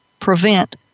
prevent